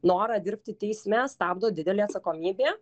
norą dirbti teisme stabdo didelė atsakomybė